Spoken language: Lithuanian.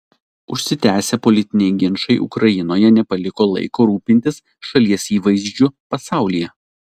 užsitęsę politiniai ginčai ukrainoje nepaliko laiko rūpintis šalies įvaizdžiu pasaulyje